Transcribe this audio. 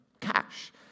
cash